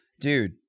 Dude